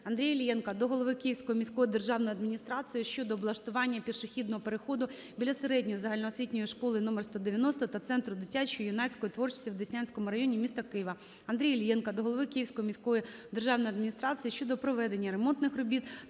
Андрія Іллєнка до голови Київської міської державної адміністрації щодо облаштування пішохідного переходу біля середньої загальноосвітньої школи номер 190 та Центру дитячої та юнацької творчості у Деснянському районі міста Києва. Андрія Іллєнка до голови Київської міської державної адміністрації щодо проведення ремонтних робіт